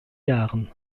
jahren